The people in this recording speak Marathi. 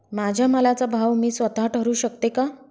माझ्या मालाचा भाव मी स्वत: ठरवू शकते का?